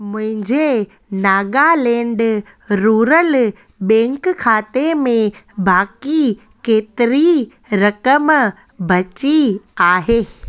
मुंहिंजे Nagaland rural bank खाते में बाक़ी केतिरी रक़म बची आहे